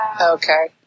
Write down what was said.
okay